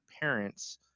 parents